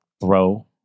throw